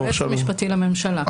היועץ המשפטי לממשלה.